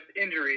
injuries